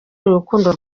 urukundo